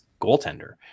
goaltender